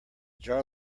jar